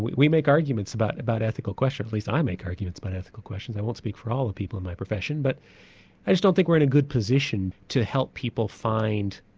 we we make arguments about about ethical questions, at least i make arguments about ethical questions, i won't speak for all the people in my profession, but i just don't think we're in a good position to help people find,